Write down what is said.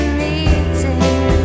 meeting